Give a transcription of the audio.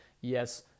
yes